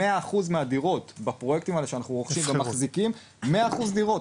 100% מהדירות בפרויקטים האלה שאנחנו רוכשים ומחזיקים 100% דירות.